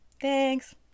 Thanks